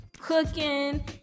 cooking